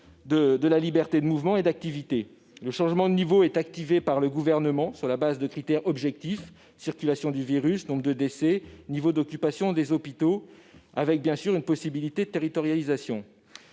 de la liberté de mouvement et d'activités. Le changement de niveau est activé par le gouvernement sur la base de critères objectifs : circulation du virus, nombre de décès, niveau d'occupation des hôpitaux, avec, bien sûr, une possibilité de territorialisation.